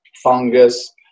fungus